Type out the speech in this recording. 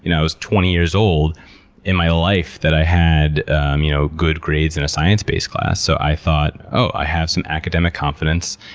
i was twenty years old in my life that i had um you know good grades in a science-based class. so i thought, oh, i have some academic confidence,